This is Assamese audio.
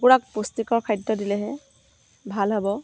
কুকুৰাক পুষ্টিকৰ খাদ্য দিলেহে ভাল হ'ব